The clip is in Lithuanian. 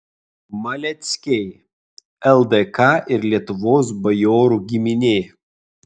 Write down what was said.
maleckiai ldk ir lietuvos bajorų giminė